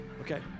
Okay